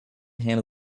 hand